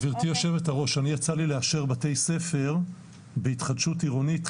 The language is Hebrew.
גברתי יו"ר אני יצא לי לאשר בתי-ספר בהתחדשות עירונית,